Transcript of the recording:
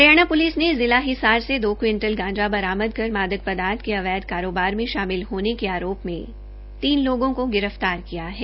Haryana police ने जिला हिसार से दो किंवटल गांजा बरामद कर मादक पदार्थ के अवैध कारोबार में शामिल होने के आरोप में तीन लोगों को गिरफ्तार किया गया है